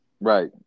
Right